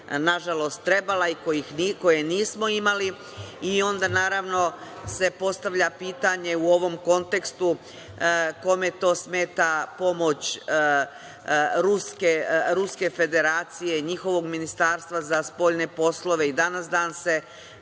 nažalost trebala i koje nismo imali. Onda se naravno postavlja pitanje u ovom kontekstu, kome to smeta pomoć Ruske Federacije, njihovog Ministarstva za spoljne poslove i danas dan se